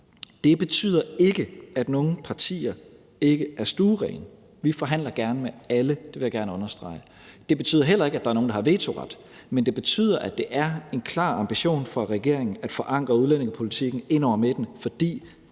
Det betyder ikke, at nogle partier ikke er stuerene. Vi forhandler gerne med alle – det vil jeg gerne understrege. Det betyder heller ikke, at der er nogle, der har vetoret. Men det betyder, at det er en klar ambition for regeringen at forankre udlændingepolitikken ind over midten. For